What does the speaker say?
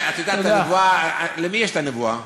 את יודעת, הנבואה, למי יש הנבואה?